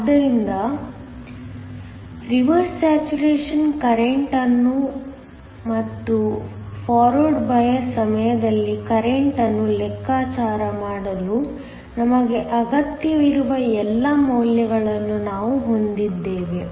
ಆದ್ದರಿಂದ reverse saturation current ಮತ್ತು forward bias ಸಮಯದಲ್ಲಿ ಕರೆಂಟ್ ಅನ್ನು ಲೆಕ್ಕಾಚಾರ ಮಾಡಲು ನಮಗೆ ಅಗತ್ಯವಿರುವ ಎಲ್ಲಾ ಮೌಲ್ಯಗಳನ್ನು ನಾವು ಹೊಂದಿದ್ದೇವೆ